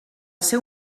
seu